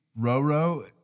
Roro